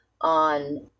on